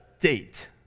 date